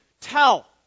tell